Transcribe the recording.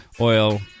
oil